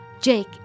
jake